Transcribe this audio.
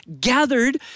gathered